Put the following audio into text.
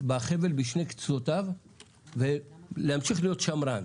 בחבל בשני קצותיו ולהמשיך להיות שמרן.